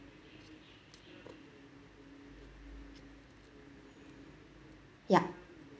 yup